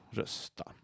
rösta